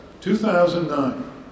2009